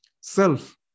self